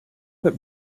that